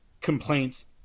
complaints